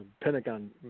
Pentagon